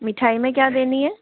मिठाई में क्या देनी है